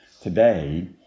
today